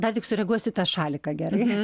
dar tik sureaguosiu į tą šaliką gerai